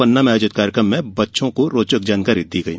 पन्ना में आयोजित कार्यक्रम में बच्चों की रोचक जानकारी दी गई